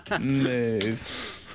move